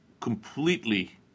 completely